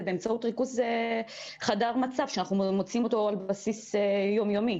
באמצעות ריכוז חדר מצב שאנחנו מוציאים אותו על בסיס יום-יומי